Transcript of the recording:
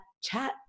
chat